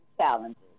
challenges